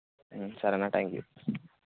సరే అన్న thank you